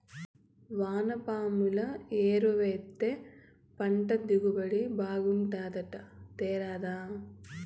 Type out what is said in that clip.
వానపాముల ఎరువేస్తే పంట దిగుబడి బాగుంటాదట తేరాదా